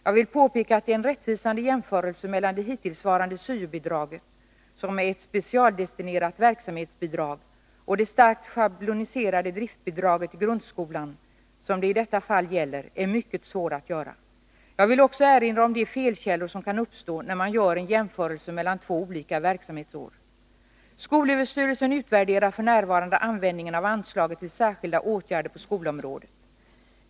Jag vill påpeka att en rättvisande jämförelse mellan det hittillsvarande syo-bidraget, som är ett specialdestinerat verksamhetsbidrag, och det starkt schabloniserade driftbidraget till grundskolan, som det i detta fall gäller, är mycket svår att göra. Jag vill också erinra om de felkällor som kan uppstå när man gör en jämförelse mellan två olika verksamhetsår. Skolöverstyrelsen utvärderar f. n. användningen av anslaget till särskilda åtgärder på skolområdet.